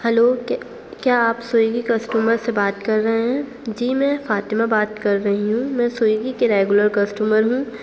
hello کیا آپ Swiggy customer سے بات کر رہے ہیں جی میں فاطمہ بات کر رہی ہوں میں سویگی کی ریگولر کسٹمر ہوں